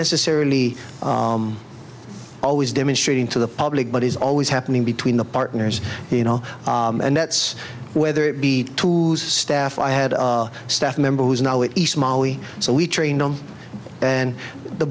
necessarily always demonstrating to the public but is always happening between the partners you know and that's whether it be to staff i had a staff member who's now an east molly so we train them and the